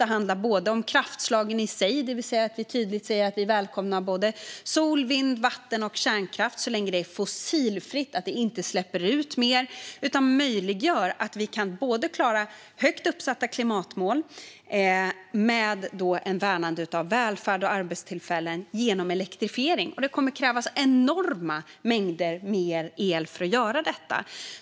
Det handlar bland annat om kraftslagen i sig; vi säger tydligt att vi välkomnar sol, vind, vatten och kärnkraft så länge det är fossilfritt och inte släpper ut mer utan möjliggör att vi kan klara högt uppsatta klimatmål och samtidigt värna välfärd och arbetstillfällen genom elektrifiering. Det kommer att krävas enorma mängder mer el för att göra detta.